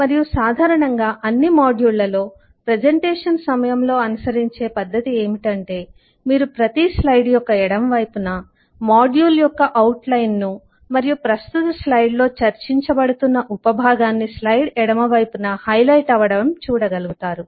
మరియు సాధారణంగా అన్ని మాడ్యూళ్ళలో ప్రెజెంటేషన్ సమయంలో అనుసరించే పద్ధతి ఏమంటే మీరు ప్రతి స్లైడ్ యొక్క ఎడమ వైపున మాడ్యూల్ యొక్క అవుట్ లైన్ ను మరియు ప్రస్తుత స్లైడ్ లో చర్చించబడుతున్న ఉపభాగాన్ని స్లయిడ్ ఎడమవైపు హైలైట్ అవడం చూడగలుగుతారు